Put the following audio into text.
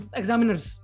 examiners